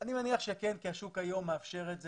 אני מניח שכן כי השוק היום מאפשר את זה.